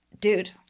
dude